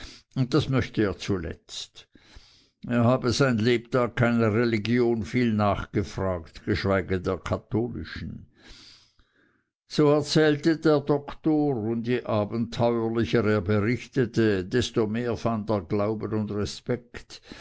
und das möchte er erst zuletzt er habe sein lebtag keiner religion viel nachgefragt verschweige der katholischen so erzählte der doktor und je abenteuerlicher er berichtete desto mehr fand er glauben und respekt